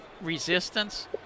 resistance